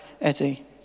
Eddie